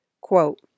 Quote